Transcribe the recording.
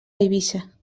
eivissa